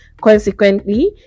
Consequently